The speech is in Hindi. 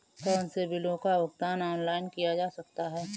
कौनसे बिलों का भुगतान ऑनलाइन किया जा सकता है?